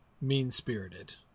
mean-spirited